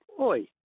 oi